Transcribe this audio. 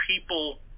people